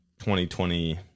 2020